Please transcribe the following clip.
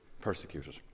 persecuted